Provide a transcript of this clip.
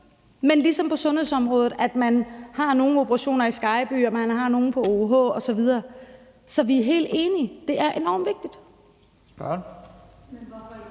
er ligesom på sundhedsområdet, hvor man har nogle operationer på Skejby og nogle på OUH osv. Så vi er helt enige; det er enormt vigtigt.